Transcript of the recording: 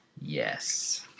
Yes